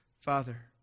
Father